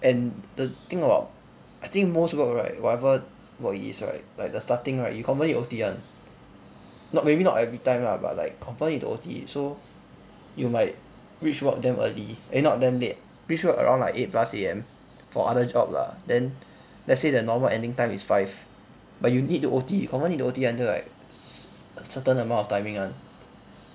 and the thing about I think most work right whatever work it is right like the starting right you confirm need O_T [one] not maybe not every time lah but like confirm need to O_T so you might reach work damn early eh not damn late reach work around like eight plus A_M for other job lah then let's say the normal ending time is five but you need to O_T confirm need to O_T until like cer~ certain amount of timing [one]